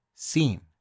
Scene